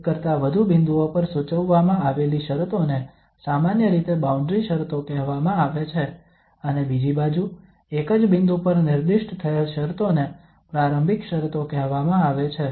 એક કરતાં વધુ બિંદુઓ પર સૂચવવામાં આવેલી શરતોને સામાન્ય રીતે બાઉન્ડ્રી શરતો કહેવામાં આવે છે અને બીજી બાજુ એક જ બિંદુ પર નિર્દિષ્ટ થયેલ શરતોને પ્રારંભિક શરતો કહેવામાં આવે છે